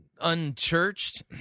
unchurched